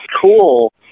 cool